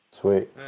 Sweet